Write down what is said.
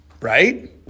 Right